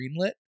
greenlit